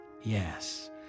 Yes